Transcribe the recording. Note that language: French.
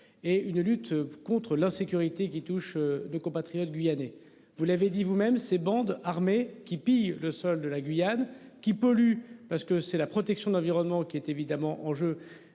et une lutte contre l'insécurité qui touche nos compatriotes guyanais. Vous l'avez dit vous-même ces bandes armées qui pillent le sol de la Guyane, qui pollue parce que c'est la protection de l'environnement qui est évidemment en jeu